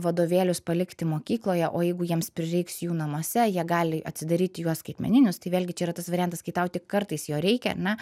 vadovėlius palikti mokykloje o jeigu jiems prireiks jų namuose jie gali atsidaryti juos skaitmeninius tai vėlgi čia yra tas variantas kai tau tik kartais jo reikia ar ne